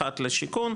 אחת לשיכון.